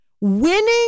Winning